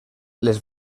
les